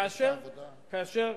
כאשר,